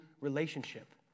relationship